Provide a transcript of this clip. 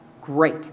Great